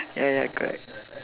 ya ya correct